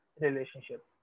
relationship